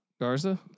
Garza